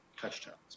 touchdowns